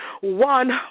One